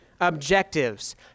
objectives